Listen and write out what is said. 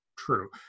true